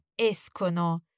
escono